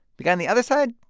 the guy on the other side,